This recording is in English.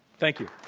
thank you,